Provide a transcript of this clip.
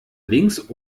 links